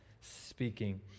speaking